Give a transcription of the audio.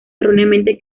erróneamente